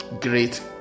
great